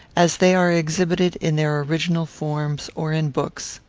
as they are exhibited in their original forms or in books.